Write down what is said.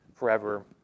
forever